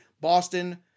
Boston